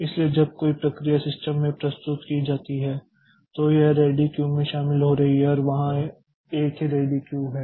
इसलिए जब कोई प्रक्रिया सिस्टम में प्रस्तुत की जाती है तो यह रेडी क्यू में शामिल हो रही है और वहाँ एक ही रेडी क्यू है